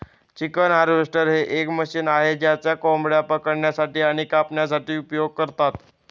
chicken harvester हे एक machine आहे ज्याचा कोंबड्या पकडण्यासाठी आणि कापण्यासाठी उपयोग करतात